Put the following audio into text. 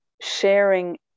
Sharing